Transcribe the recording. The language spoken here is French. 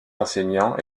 enseignants